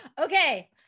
okay